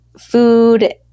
food